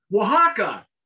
oaxaca